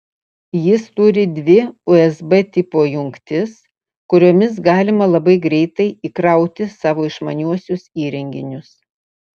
jis turi dvi usb tipo jungtis kuriomis galima labai greitai įkrauti savo išmaniuosius įrenginius